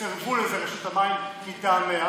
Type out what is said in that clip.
ורשות המים מטעמיה